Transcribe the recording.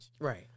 Right